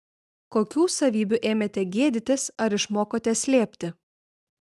kokių savybių ėmėte gėdytis ar išmokote slėpti